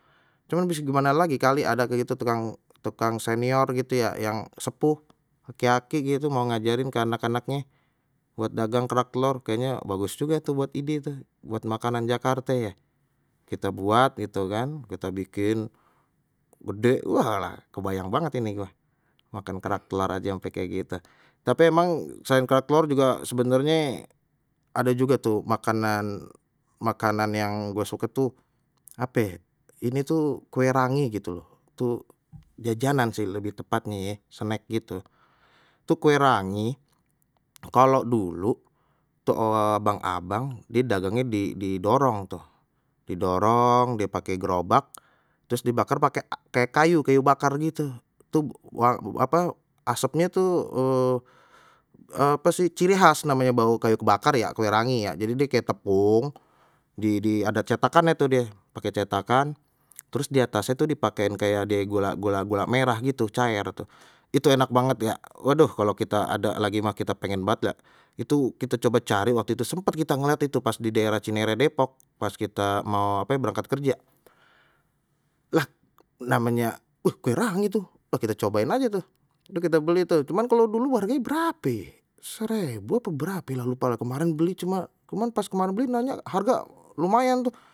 Cuman bis gimana lagi kali ada kek itu tukang tukang senior gitu ya yang sepuh aki-aki gitu mau ngajarin ke anak-anaknye buat dagang kerak telor kayaknya bagus juga tuh buat ide tu buat makanan jakarte ya kita buat gitu kan kita bikin gede walah kebayang banget ini gua, makan kerak telor aja sampai kayak gitu. Tapi emang selain kerak telor juga sebenarnye ada juga tuh makanan-makanan yang gua suka tuh ape ye ini tuh kue rangi gitu loh, tu jajanan sih lebih tepatnya ye snack gitu, itu kue rangi kalau dulu tu abang abang dia dagangnya di di dorong tuh di dorong dipakai gerobak terus dibakar pakai kayu kayu bakar gitu tuh apa asapnya tuh apa sih ciri khas namanya bau kayak kebakar ya kue rangi ya jadi dia kayak tepung di di ada cetakannya tuh dia pakai cetakan terus di atasnya tuh dipakaiin kayak ade gula gula gula merah gitu caer itu enak banget ya waduh kalau kita ada lagi mah kita pengen banget ya itu kita coba cari waktu itu sempat kita ngelihat itu pas di daerah cinere depok pas kita mau apa berangkat kerja lah namanya uh kue rangi tuh kita cobain aja tuh udah kita beli itu cuman kalau dulu harganya berape ye, serebu ape berape lah lupa lah kemarin beli cuma cuma pas kemarin beli nanya harga lumayan tuh.